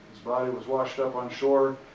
body was washed up on shore